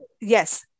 yes